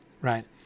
Right